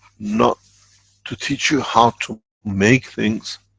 not to teach you how to make things